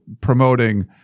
promoting